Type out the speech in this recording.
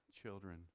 children